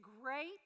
great